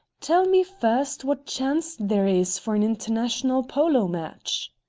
tell me first what chance there is for an international polo match.